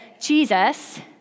Jesus